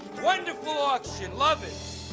wonderful auction, love it.